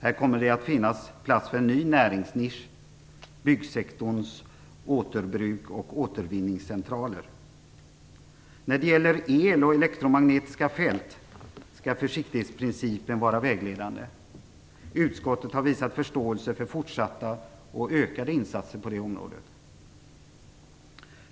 Här kommer det att finnas plats för en ny näringsnisch, byggsektorns återbruks och återvinningscentraler. När det gäller el och elektromagnetiska fält skall försiktighetsprincipen vara vägledande. Utskottet har visat förståelse för fortsatta och ökade insatser på det området.